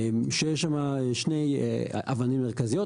שיש שם שתי אבני מרכזיות.